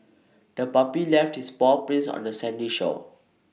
the puppy left its paw prints on the sandy shore